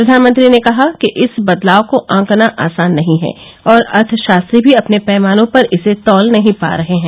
प्रधानमंत्री ने कहा कि इस बदलाव को आंकना आसान नही है और अर्थशास्त्री भी अपने पैमानों पर इसे तौल नहीं पा रहे हैं